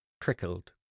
trickled